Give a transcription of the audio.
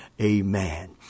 Amen